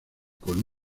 con